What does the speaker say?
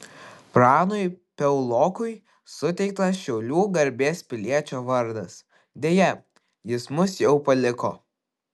pranui piaulokui suteiktas šiaulių garbės piliečio vardas deja jis mus jau paliko